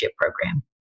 Program